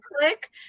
Click